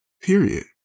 Period